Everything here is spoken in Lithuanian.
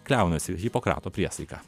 kliaunasi hipokrato priesaika